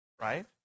Right